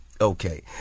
Okay